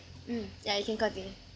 mm yeah you can continue